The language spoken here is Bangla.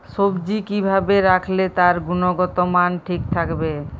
সবজি কি ভাবে রাখলে তার গুনগতমান ঠিক থাকবে?